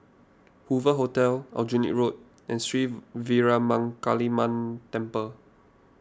Hoover Hotel Aljunied Road and Sri Veeramakaliamman Temple